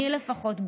אני לפחות,